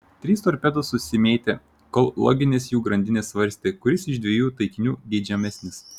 trys torpedos susimėtė kol loginės jų grandinės svarstė kuris iš dviejų taikinių geidžiamesnis